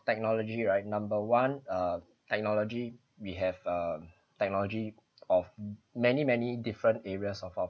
technology right number one err technology we have um technology of many many different areas of our